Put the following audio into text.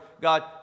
God